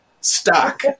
stock